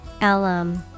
Alum